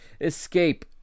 escape